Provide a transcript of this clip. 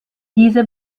diese